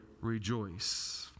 rejoice